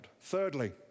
Thirdly